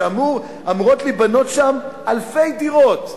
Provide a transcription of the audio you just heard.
ואמורות להיבנות שם אלפי דירות.